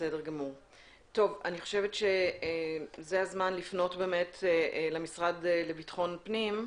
חושבת שזה הזמן לפנות למשרד לביטחון הפנים.